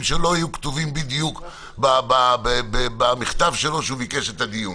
שלא היו כתובים בדיוק במכתב שלו כשהוא ביקש את הדיון.